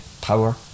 power